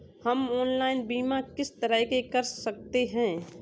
हम ऑनलाइन बीमा किस तरह कर सकते हैं?